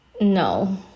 no